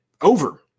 Over